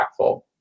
impactful